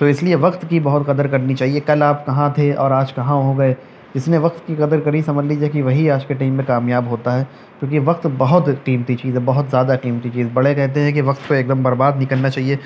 تو اس لیے وقت کی بہت قدر کرنی چاہیے کل آپ کہاں تھے اور آج کہاں ہو گئے جس نے وقت کی قدر کری سمجھ لیجیے کہ وہی آج کے ٹائم میں کامیاب ہوتا ہے کیونکہ وقت بہت قیمتی چیز ہے بہت زیادہ قیمتی چیز بڑے کہتے ہیں کہ وقت کو ایک دم برباد نہیں کرنا چاہیے